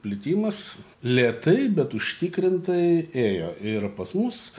plitimas lėtai bet užtikrintai ėjo ir pas mus